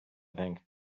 think